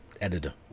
Editor